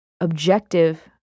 objective